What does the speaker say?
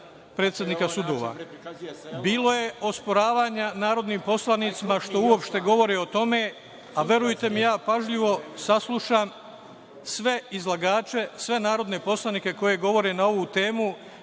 predsednika sudova. Bilo je osporavanja narodnim poslanicima što uopšte govore o tome, a verujte mi, ja pažljivo saslušam sve izlagače, sve narodne poslanike koji govore na ovu temu,